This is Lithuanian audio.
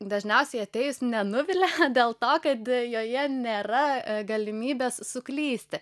dažniausiai atėjus nenuvilia dėl to kad joje nėra galimybės suklysti